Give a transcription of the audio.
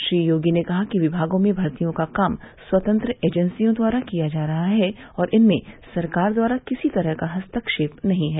श्री योगी ने कहा कि विमागों में भर्तियों का काम स्वतंत्र एजेंसियों द्वारा किया जा रहा है और इनमें सरकार द्वारा किसी तरह का हस्तक्षेप नहीं है